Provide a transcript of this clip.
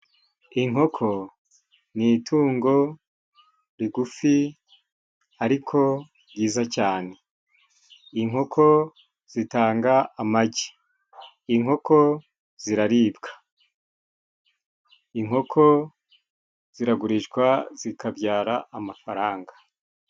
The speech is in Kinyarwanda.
Inkoko ni itungo rigufi ariko ryiza cyane. Inkoko zitanga amagi, inkoko ziraribwa, inkoko ziragurishwa zikabyara amafaranga.